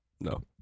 No